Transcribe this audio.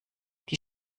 die